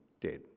dead